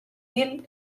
hil